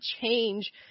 change